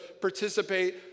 participate